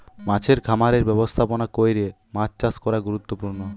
মাছের খামারের ব্যবস্থাপনা কইরে মাছ চাষ করা গুরুত্বপূর্ণ